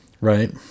right